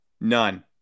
None